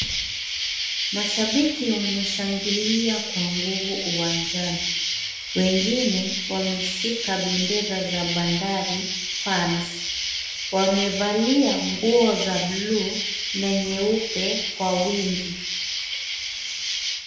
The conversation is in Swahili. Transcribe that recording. Mashabiki wanashangilia kwa nguvu uwanjani. Wengine wameshika bendera za bandari fans. Wamevalia nguo za buluu na nyeupe kwa wingi.